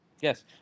Yes